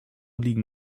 liegen